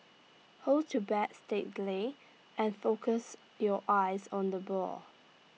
hold your bat steadily and focus your eyes on the ball